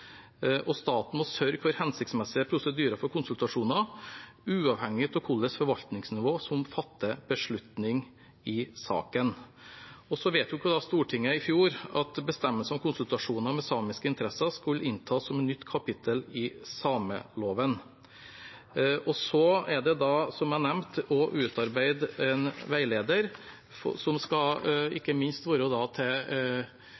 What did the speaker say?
direkte. Staten må sørge for hensiktsmessige prosedyrer for konsultasjoner uavhengig av hvilket forvaltningsnivå som fatter beslutning i saken. Stortinget vedtok i fjor at bestemmelser om konsultasjoner med samiske interesser skulle inntas som nytt kapittel i sameloven. Så er det, som jeg nevnte, også utarbeidet en veileder som ikke minst skal